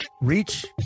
reach